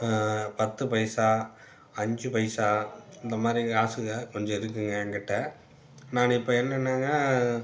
பத்து பைசா அஞ்சு பைசா இந்த மாதிரி காசுகள் கொஞ்சம் இருக்குதுங்க என் கிட்டே நான் இப்போ என்னெனாங்க